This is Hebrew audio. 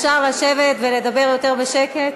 אפשר לשבת ולדבר יותר בשקט?